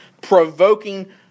provoking